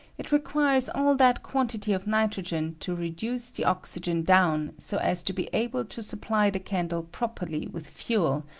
it requirea all that quantity of nitrogen to reduce the oxygen down, so as to be able to supply the candle properly with fuel,